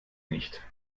nicht